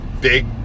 big